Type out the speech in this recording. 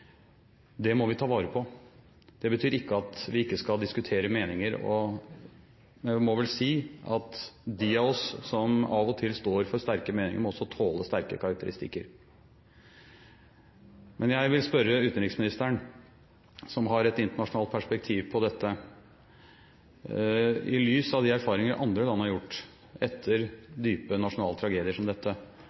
Det må vi ta vare på. Det betyr ikke at vi ikke skal diskutere meninger, og jeg må vel si at de av oss som av og til står for sterke meninger, også må tåle sterke karakteristikker. Jeg vil spørre utenriksministeren, som har et internasjonalt perspektiv på dette: I lys av de erfaringer andre land har gjort etter dype nasjonale tragedier som dette,